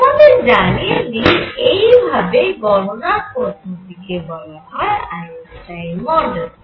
তোমাদের জানিয়ে দিই এই ভাবে C গণনার পদ্ধতি কে বলা হয় আইনস্টাইন মডেল